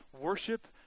worship